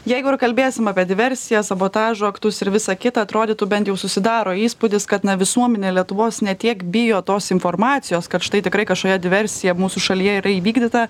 jeigu ir kalbėsim apie diversiją sabotažo aktus ir visa kita atrodytų bent jau susidaro įspūdis kad na visuomenė lietuvos ne tiek bijo tos informacijos kad štai tikrai kašoia diversija mūsų šalyje yra įvykdyta